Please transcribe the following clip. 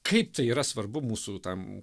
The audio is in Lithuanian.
kaip tai yra svarbu mūsų tam